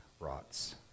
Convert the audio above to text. Rots